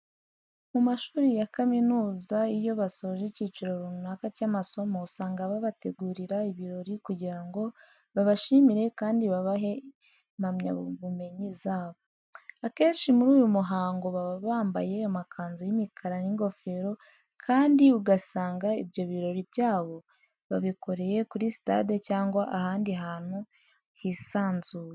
Mu mashuri ya kaminuza iyo basoje ikiciro runaka cy'amasomo usanga babategurira ibirori kugira ngo babashimire kandi babahe impamyabumenyi zabo. Akenshi muri uyu muhango baba bambaye amakanzu y'imikara n'ingofero kandi ugasanga ibyo birori byabo babikoreye kuri sitade cyangwa ahandi hantu hisanzuye.